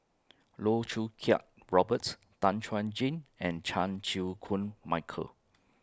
Loh Choo Kiat Roberts Tan Chuan Jin and Chan Chew Koon Michael